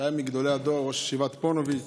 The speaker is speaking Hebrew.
שהיה מגדולי הדור, ראש ישיבת פוניבז',